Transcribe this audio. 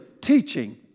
teaching